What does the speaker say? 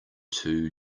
too